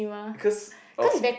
cause of